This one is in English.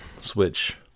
switch